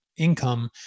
income